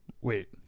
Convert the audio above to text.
Wait